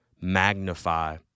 magnify